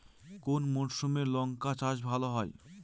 কোন মরশুমে লঙ্কা চাষ ভালো হয়?